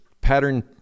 pattern